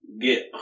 get